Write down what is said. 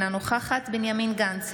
אינה נוכחת בנימין גנץ,